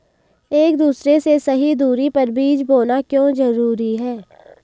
एक दूसरे से सही दूरी पर बीज बोना क्यों जरूरी है?